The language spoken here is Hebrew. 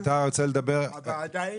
אני רוצה לסכם עכשיו את הדיון.